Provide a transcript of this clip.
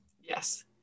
Yes